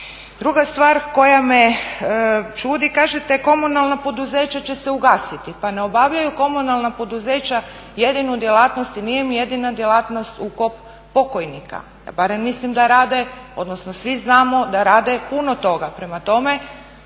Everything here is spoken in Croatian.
Druga stvar koja me čudi, kažete komunalna poduzeća će se ugasiti, pa ne obavljaju komunalna poduzeća jedinu djelatnost i nije im jedina djelatnost oko pokojnika. Barem mislim da rade, odnosno svi znamo da rade puno toga. Prema tome